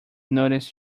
noticed